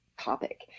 topic